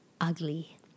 ugly